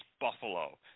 Buffalo